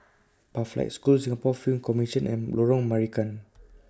Pathlight School Singapore Film Commission and Lorong Marican